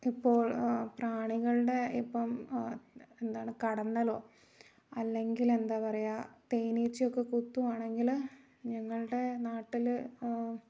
ഇപ്പോൾ പ്രാണികളുടെ ഇപ്പം എന്താണ് കടന്നലോ അല്ലെങ്കിലെന്താ പറയുക തേനീച്ചയൊക്കെ കുത്തുകയാണെങ്കിൽ ഞങ്ങളുടെ നാട്ടിൽ